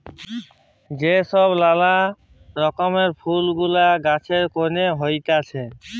যে ছব লালা রকমের ফুল গুলা গাহাছে ক্যইরে হ্যইতেছে